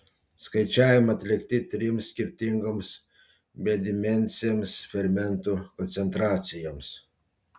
skaičiavimai atlikti trims skirtingoms bedimensėms fermentų koncentracijoms